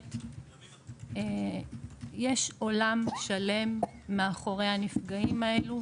שבאמת יש עולם שלם מאחורי הנפגעים האלה.